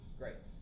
great